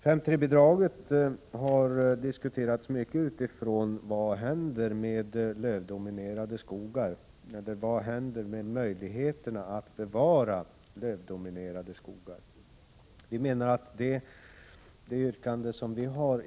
5:3-bidraget har diskuterats mycket utifrån frågan vad som händer med möjligheterna att bevara lövdominerade skogar.